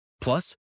Plus